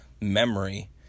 memory